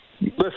listen